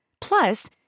Plus